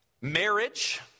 marriage